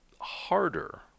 harder